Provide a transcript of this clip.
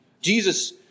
Jesus